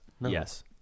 Yes